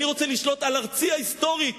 אני רוצה לשלוט על ארצי ההיסטורית,